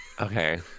okay